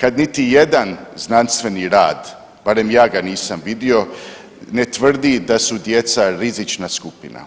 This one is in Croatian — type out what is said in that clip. kad niti jedan znanstveni rad, barem ja ga nisam vidio, ne tvrdi da su djeca rizična skupina.